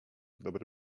dobry